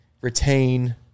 retain